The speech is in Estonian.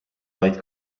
vaid